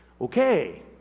Okay